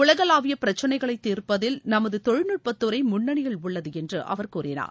உலகளாவிய பிரச்சினைகளை தீர்ப்பதில் நமது தொழில்நுட்ப துறை முன்னணியில் உள்ளது என்று அவர் கூறினார்